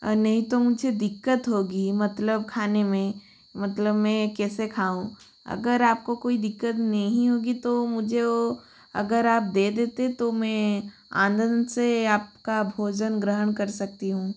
और नहीं तो मुझे दिक्कत होगी मतलब खाने में मतलब कैसे खाऊं अगर आपको कोई दिक्कत नहीं होगी तो मुझे अगर आप दे देते तो मैं आनंद से आपका भोजन ग्रहण कर सकती हूँ